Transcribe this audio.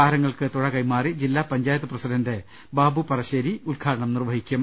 താരങ്ങൾക്ക് തുഴ കൈമാറി ജില്ലാ പഞ്ചായത്ത് പ്രസിഡന്റ് ബാബു പറശ്ശേരി പരിപാടികളുടെ ഉദ്ഘാടനം നിർവ്വഹിക്കും